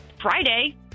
Friday